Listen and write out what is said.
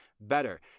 better